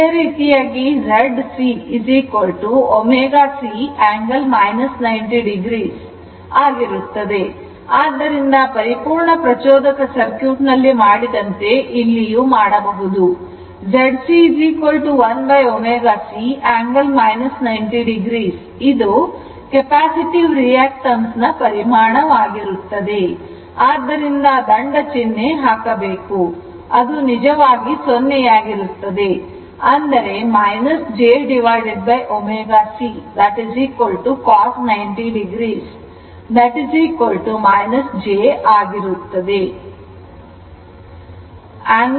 ಇದೇ ರೀತಿಯಾಗಿ Z Cω C angle 90 oin this c ಆಗಿರುತ್ತದೆ ಆದ್ದರಿಂದ ಪರಿಪೂರ್ಣ ಪ್ರಚೋದಕ ಸರ್ಕ್ಯೂಟ್ ನಲ್ಲಿ ಮಾಡಿದಂತೆ ಇಲ್ಲಿಯೂ ಮಾಡಬಹುದು Z C 1ω C angle 90 o ಇದು ಕೆಪ್ಯಾಸಿಟಿವ್ ರಿಯಾಕ್ಟನ್ಸ್ ನ ಪರಿಮಾಣ ವಾಗಿರುತ್ತದೆ ಆದ್ದರಿಂದ ದಂಡ ಚಿಂತನೆ ಚಿಹ್ನೆ ಹಾಕಬೇಕು ಅದು ನಿಜವಾಗಿ 0 ಆಗಿರುತ್ತದೆ ಅಂದರೆ jω C cos 90 o j ಆಗಿರುತ್ತದೆ